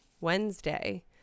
Wednesday